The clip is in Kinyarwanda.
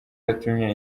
yatumye